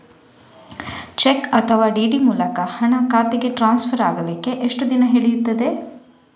Check ಅಥವಾ DD ಮೂಲಕ ಹಣ ಖಾತೆಗೆ ಟ್ರಾನ್ಸ್ಫರ್ ಆಗಲಿಕ್ಕೆ ಎಷ್ಟು ದಿನ ಹಿಡಿಯುತ್ತದೆ?